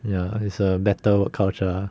ya it's a better work culture ah